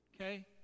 Okay